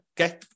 okay